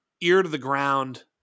ear-to-the-ground